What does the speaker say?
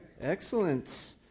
Excellent